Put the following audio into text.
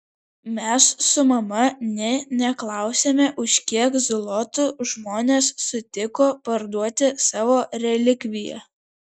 mes su mama nė neklausėme už kiek zlotų žmonės sutiko parduoti savo relikviją